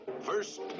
First